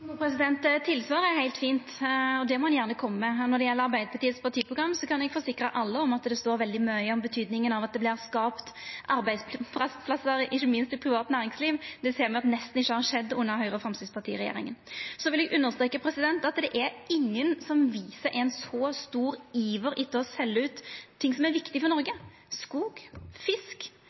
er heilt fint, og det må ein gjerne koma med. Når det gjeld Arbeidarpartiets partiprogram, kan eg forsikra alle om at det står veldig mykje om betydninga av at det vert skapt arbeidsplassar ikkje minst i privat næringsliv. Det ser me at nesten ikkje har skjedd under Høgre–Framstegsparti-regjeringa. Så vil eg understreka at det er ingen som viser ein så stor iver etter å selja ut ting som er viktige for Noreg – skog, fisk,